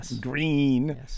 green